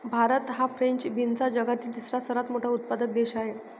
भारत हा फ्रेंच बीन्सचा जगातील तिसरा सर्वात मोठा उत्पादक देश आहे